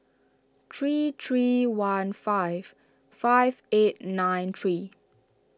three three one five five eight nine three